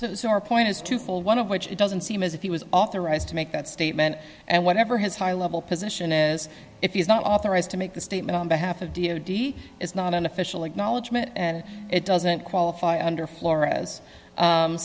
sore point is twofold one of which it doesn't seem as if he was authorized to make that statement and whatever his high level position is if he is not authorized to make the statement on behalf of d o d it's not an official acknowledgement and it doesn't qualify under flo